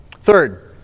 Third